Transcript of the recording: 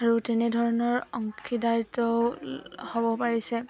আৰু তেনেধৰণৰ অংশীদাৰো হ'ব পাৰিছে